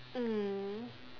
mm